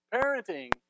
Parenting